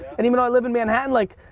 and even i live in manhattan, like,